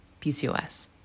PCOS